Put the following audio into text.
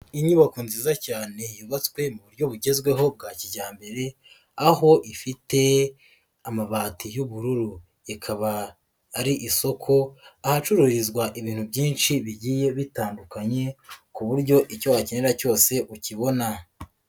Inyubako nziza cyane yubatswe mu buryo bugezweho bwa kijyambere aho ifite amabati y'ubururu, ikaba ari isoko ahacururizwa ibintu byinshi bigiye bitandukanye ku buryo icyo wakenera cyose ukibona.